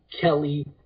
Kelly